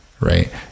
Right